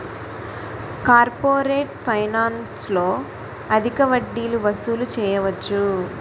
corporate ఫైనాన్స్లో అధిక వడ్డీలు వసూలు చేయవచ్చు